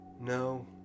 No